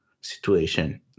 situation